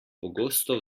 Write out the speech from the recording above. pogosto